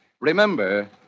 Remember